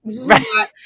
right